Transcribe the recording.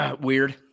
Weird